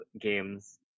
games